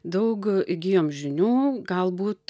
daug įgijom žinių galbūt